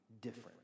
different